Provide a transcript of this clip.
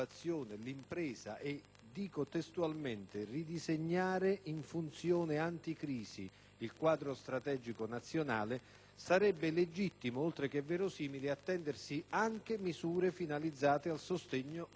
dico testualmente - «ridisegnare in funzione anti-crisi il quadro strategico nazionale», sarebbe legittimo, oltre che verosimile, attendersi anche misure finalizzate al sostegno ed al rilancio dell'agricoltura;